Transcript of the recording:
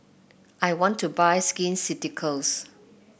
I want to buy Skin Ceuticals